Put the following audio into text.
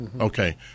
Okay